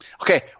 Okay